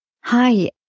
Hi